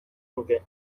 nuke